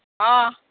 অঁ